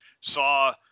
saw